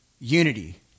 unity